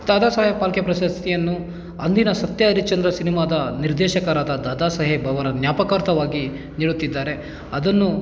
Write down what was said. ದಾದಾ ಸಾಹೇಬ್ ಫಾಲ್ಕೆ ಪ್ರಶಸ್ತಿಯನ್ನು ಅಂದಿನ ಸತ್ಯ ಹರಿಶ್ಚಂದ್ರ ಸಿನಿಮಾದ ನಿರ್ದೇಶಕರಾದ ದಾದಾ ಸಾಹೇಬ್ ಅವರ ಜ್ಞಾಪಕರ್ಥವಾಗಿ ನೀಡುತ್ತಿದ್ದಾರೆ ಅದನ್ನು